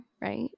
right